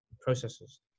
processes